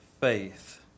faith